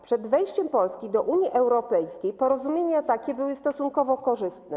Przed wejściem Polski do Unii Europejskiej porozumienia takie były stosunkowo korzystne.